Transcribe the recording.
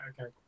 okay